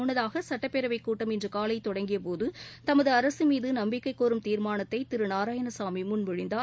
முள்ளதாக சட்டப்பேரவை கூட்டம் இன்று காலை தொடங்கியபோது தமது அரசு மீது நம்பிக்கை கோரும் தீர்மானத்தை திரு நாராயணசாமி முன்மொழிந்தார்